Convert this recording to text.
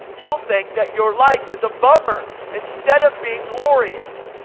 you'll think that your life is a bummer instead of being glorious.